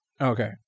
Okay